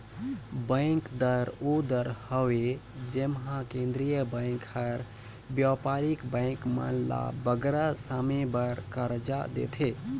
bank दर ओ दर हवे जेम्हां केंद्रीय बेंक हर बयपारिक बेंक मन ल बगरा समे बर करजा देथे